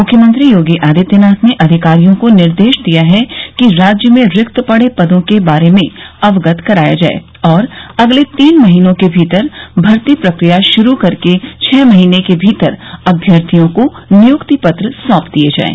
मुख्यमंत्री योगी आदित्यनाथ ने अधिकारियों को निर्देश दिया है कि राज्य में रिक्त पड़े पदों के बारे में अवगत कराया जाये और अगले तीन महीने के भीतर भर्ती प्रक्रिया शुरू करके छह महीने के भीतर अभ्यर्थियों को नियुक्ति पत्र सौंप दिये जाये